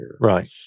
Right